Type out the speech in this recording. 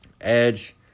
Edge